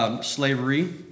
Slavery